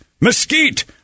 mesquite